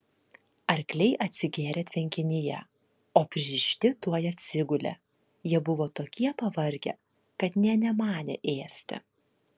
arkliai atsigėrė tvenkinyje o pririšti tuoj atsigulė jie buvo tokie pavargę kad nė nemanė ėsti